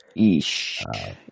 Eesh